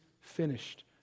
finished